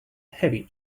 heavy